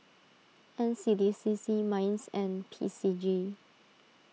N C D C C Minds and P C G